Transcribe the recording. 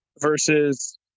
versus